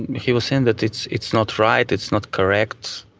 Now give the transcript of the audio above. he was saying that it's it's not right. it's not correct.